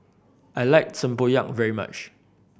I like tempoyak very much